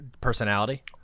personality